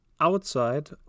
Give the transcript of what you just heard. outside